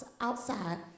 outside